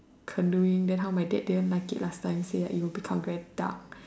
canoeing then how my dad didn't like it last time say it will become very dark